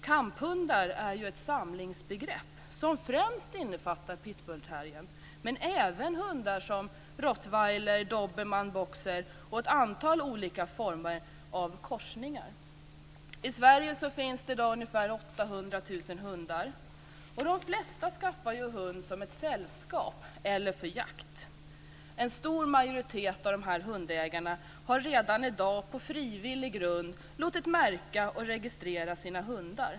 Kamphundar är ju ett samlingsbegrepp som främst innefattar pitbullterrier men även rottweiler, dobermann, boxer och ett antal olika former av korsningar. I Sverige finns det i dag ungefär 800 000 hundar, och de flesta skaffar ju hund som ett sällskap eller för jakt. En stor majoritet av dessa hundägare har redan i dag på frivillig grund låtit märka och registrera sina hundar.